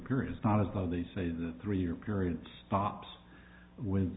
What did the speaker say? period is not as though they say the three year period stops with